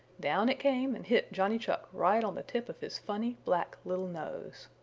down it came and hit johnny chuck right on the tip of his funny, black, little nose.